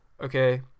okay